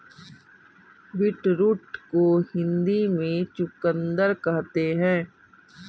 beetroot को हिंदी में चुकंदर कहते हैं